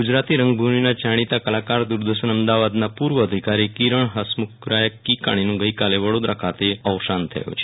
ગુજરાતી રંગભુમિના જાણીતા કલાકાર દુરદર્શન અમદાવાદના પુર્વ અધિકારી કિરણ હરસુખ્ભાઈ કિકાણીનું ગઈકાલે વડોદરા ખાતે અવસાન થયુ છે